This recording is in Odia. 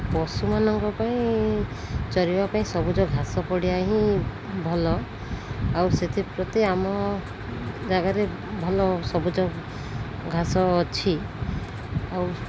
ପଶୁମାନଙ୍କ ପାଇଁ ଚରିବା ପାଇଁ ସବୁଜ ଘାସ ପଡ଼ିଆ ହିଁ ଭଲ ଆଉ ସେଥିପ୍ରତି ଆମ ଜାଗାରେ ଭଲ ସବୁଜ ଘାସ ଅଛି ଆଉ